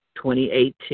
2018